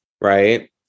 Right